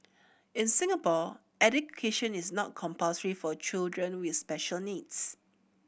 in Singapore education is not compulsory for children with special needs